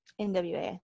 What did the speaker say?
NWA